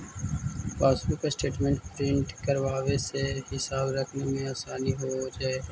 passbook statement print करवावे से हिसाब रखने में आसानी हो जा हई